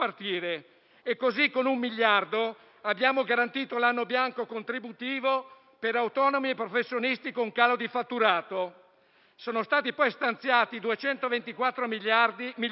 Così, con un miliardo, abbiamo garantito l'anno bianco contributivo per autonomi e professionisti con calo di fatturato. Sono stati poi stanziati 224 milioni